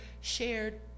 shared